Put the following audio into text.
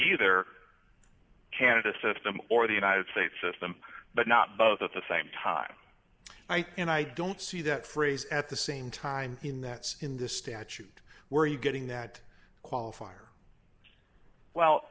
either canada system or the united states system but not both at the same time and i don't see that phrase at the same time in that in this statute were you getting that qualifier well